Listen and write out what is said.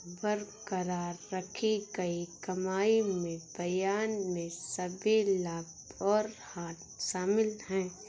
बरकरार रखी गई कमाई में बयान में सभी लाभ और हानि शामिल हैं